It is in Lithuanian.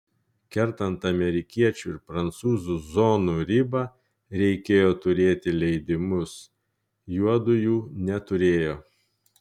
kertant amerikiečių ir prancūzų zonų ribą reikėjo turėti leidimus juodu jų neturėjo